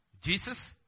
Jesus